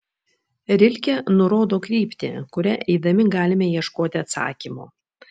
rilke nurodo kryptį kuria eidami galime ieškoti atsakymo